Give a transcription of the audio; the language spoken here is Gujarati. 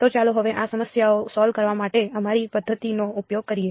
તો ચાલો હવે આ સમસ્યાઓ સોલ્વ કરવા માટે અમારી પધ્ધતિનો ઉપયોગ કરીએ